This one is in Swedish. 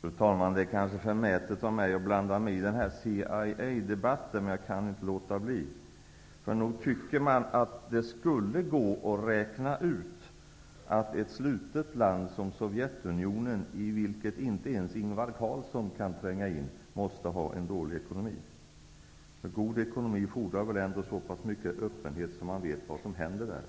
Fru talman! Det kanske är förmätet av mig att blanda mig i den här CIA-debatten, men jag kan inte låta bli. Nog tycker man att det skulle gå att räkna ut att ett slutet land som Sovjetunionen, i vilket inte ens Ingvar Carlsson kan tränga in, måste ha en dålig ekonomi. God ekonomi fordrar väl ändå så pass mycket öppenhet att man vet vad som händer där.